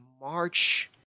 March